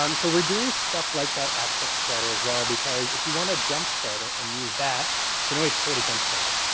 um so, we're doing stuff like that at kickstarter as well because if you want to jump start it and use that you can always pay to jump start it.